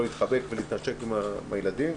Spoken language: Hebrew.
לא להתחבק ולהתנשק עם הילדים,